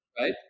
Right